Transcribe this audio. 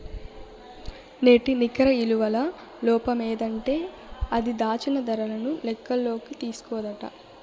నేటి నికర ఇలువల లోపమేందంటే అది, దాచిన దరను లెక్కల్లోకి తీస్కోదట